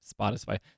Spotify